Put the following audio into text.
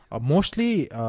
Mostly